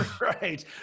Right